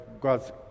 God's